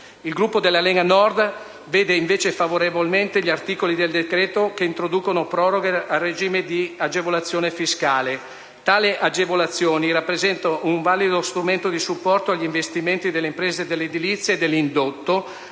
Il Gruppo della Lega Nord vede invece favorevolmente gli articoli del decreto che introducono proroghe al regime di agevolazione fiscale. Tali agevolazioni rappresentano un valido strumento di supporto agli investimenti delle imprese dell'edilizia e dell'indotto,